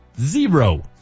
Zero